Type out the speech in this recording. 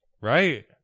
Right